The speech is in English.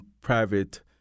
private